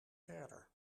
verder